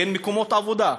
ואין מקומות עבודה.